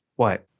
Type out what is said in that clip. what,